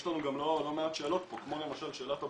יש לנו גם לא מעט שאלות פה, כמו למשל שאלת הבסיס,